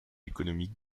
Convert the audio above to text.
économiques